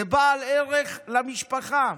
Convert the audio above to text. זה בעל ערך למשפחה,